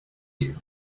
you